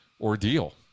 ordeal